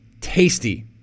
tasty